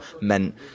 meant